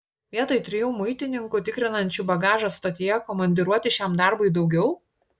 vietoj trijų muitininkų tikrinančių bagažą stotyje komandiruoti šiam darbui daugiau